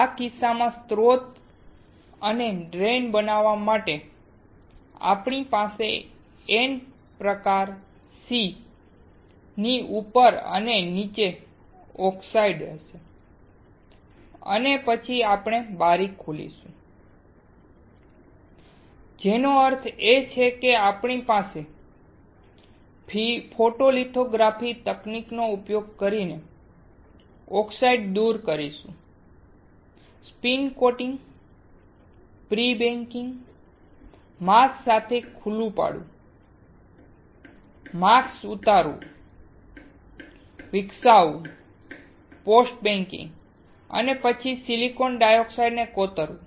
આ કિસ્સામાં સ્રોત અને ડ્રેઇન બનાવવા માટે આપણી પાસે N પ્રકાર સી ની ઉપર અને નીચે ઓક્સાઇડ હશે અને પછી આપણે બારી ખોલીશું જેનો અર્થ છે કે આપણે ફોટોલિથોગ્રાફી તકનીકનો ઉપયોગ કરીને ઓક્સાઇડ દૂર કરીશું spin coating pre baking mask સાથે ખુલ્લું પાડવું માસ્ક ઉતારવું વિકસાવવું પોસ્ટ બેકિંગ અને પછી સિલિકોન ડાયોક્સાઇડને કોતરવું